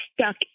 stuck